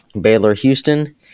Baylor-Houston